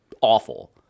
Awful